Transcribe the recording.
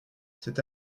cet